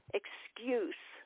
excuse